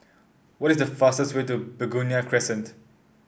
what is the fastest way to Begonia Crescent